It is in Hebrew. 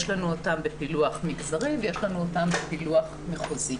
יש לנו אותם בפילוח מגזרי ויש לנו אותם בפילוח מחוזי.